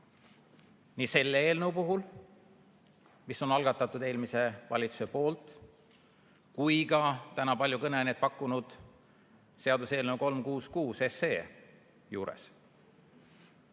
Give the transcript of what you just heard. nii selle eelnõu puhul, mis on algatatud eelmise valitsuse poolt, kui ka täna palju kõneainet pakkunud seaduseelnõu 366 puhul.